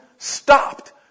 stopped